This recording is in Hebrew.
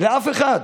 לאף אחד.